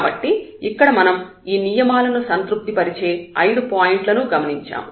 కాబట్టి ఇక్కడ మనం ఈ నియమాలను సంతృప్తి పరిచే ఐదు పాయింట్లను గమనించాము